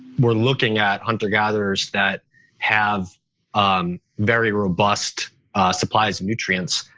we're looking at hunter-gatherers that have um very robust supplies and nutrients.